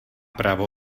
právo